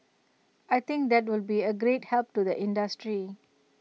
I think that will be A great help to the industry